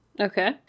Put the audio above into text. Okay